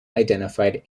identified